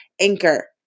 Anchor